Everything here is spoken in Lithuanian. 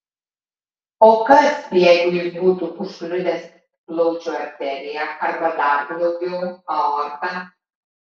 o kas jeigu jis būtų užkliudęs plaučių arteriją arba dar blogiau aortą